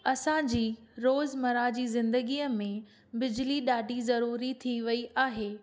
असांजी रोज़मरह जी ज़िंदगीअ में बिजली ॾाढी ज़रूरी थी वई आहे